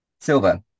silver